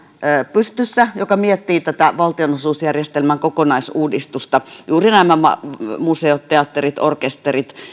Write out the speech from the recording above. pystyssä joka miettii valtionosuusjärjestelmän kokonaisuudistusta juuri nämä museot teatterit orkesterit